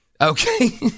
Okay